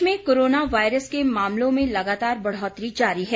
प्रदेश में corona virus के मामलों में लगातार बढ़ोतरी जारी है